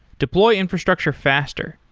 deploy infrastructure faster.